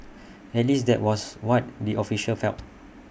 at least that was what the officials felt